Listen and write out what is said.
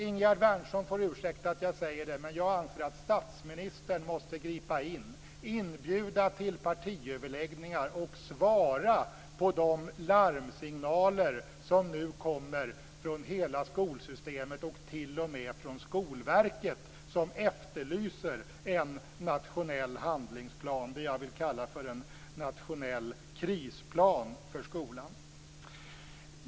Ingegerd Wärnersson får ursäkta att jag säger det, men jag anser att statsministern måste gripa in, inbjuda till partiöverläggningar och svara på de larmsignaler som nu kommer från hela skolsystemet och t.o.m. från Skolverket, som efterlyser en nationell handlingsplan - vad jag vill kalla för en nationell krisplan för skolan.